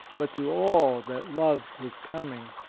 but to all that love his coming.